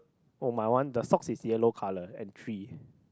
oh my one the socks is yellow colour and three